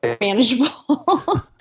manageable